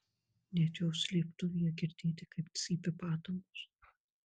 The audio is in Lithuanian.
net jos slėptuvėje girdėti kaip cypia padangos